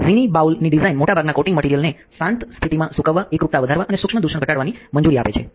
ઝીણી બાઉલની ડિઝાઇન મોટાભાગના કોટિંગ મટીરીયલ ને શાંત સ્થિતિમાં સૂકવવા એકરૂપતા વધારવા અને સૂક્ષ્મ દૂષણ ઘટાડવાની મંજૂરી આપે છે